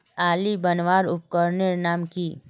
आली बनवार उपकरनेर नाम की?